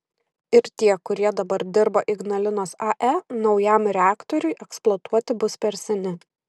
ir tie kurie dabar dirba ignalinos ae naujam reaktoriui eksploatuoti bus per seni